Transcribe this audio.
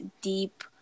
deep